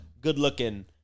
good-looking